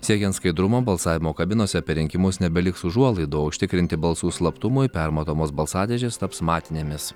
siekiant skaidrumo balsavimo kabinose per rinkimus nebeliks užuolaidų užtikrinti balsų slaptumui permatomos balsadėžės taps matinėmis